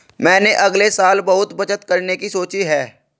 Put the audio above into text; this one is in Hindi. मैंने अगले साल बहुत बचत करने की सोची है